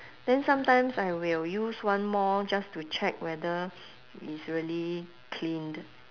then sometimes I will use one more just to check whether it's really cleaned